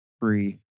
free